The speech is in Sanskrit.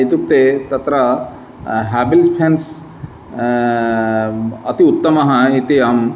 इत्युक्ते तत्र हावेल्स् फ़ेन्स् अति उत्तमः इति अहम्